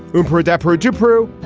super adepero tupou.